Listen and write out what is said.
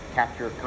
capture